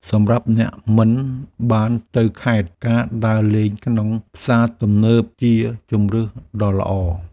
សម្រាប់អ្នកមិនបានទៅខេត្ត ការដើរលេងក្នុងផ្សារទំនើបជាជម្រើសដ៏ល្អ។